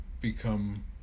become